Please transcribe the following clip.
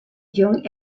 young